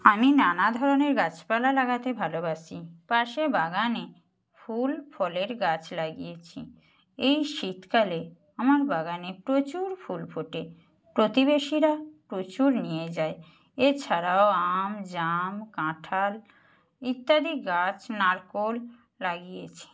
আমি নানা ধরনের গাছপালা লাগাতে ভালোবাসি পাশে বাগানে ফুল ফলের গাছ লাগিয়েছি এই শীতকালে আমার বাগানে প্রচুর ফুল ফোটে প্রতিবেশীরা প্রচুর নিয়ে যায় এছাড়াও আম জাম কাঁঠাল ইত্যাদি গাছ নারকোল লাগিয়েছি